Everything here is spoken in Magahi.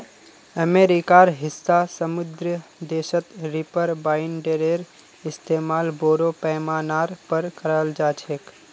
अमेरिकार हिस्सा समृद्ध देशत रीपर बाइंडरेर इस्तमाल बोरो पैमानार पर कराल जा छेक